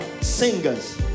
singers